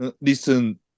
listen